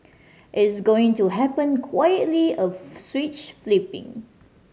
it's going to happen quietly a switch flipping